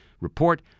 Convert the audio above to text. report